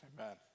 Amen